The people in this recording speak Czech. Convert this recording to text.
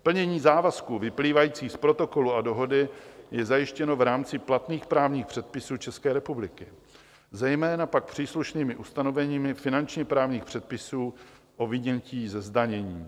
Plnění závazků vyplývajících z Protokolu a Dohody je zajištěno v rámci platných právních předpisů České republiky, zejména pak příslušnými ustanovením finančně právních předpisů o vynětí ze zdanění.